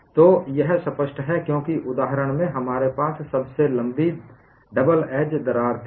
तो यह स्पष्ट है क्योंकि इस उदाहरण में हमारे पास सबसे लंबी दरार डबल एज दरार थी